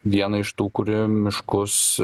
viena iš tų kuri miškus